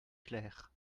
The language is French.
clair